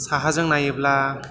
साहाजों नायोब्ला